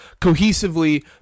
cohesively